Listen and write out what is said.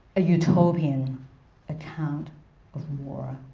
a utopian account of war.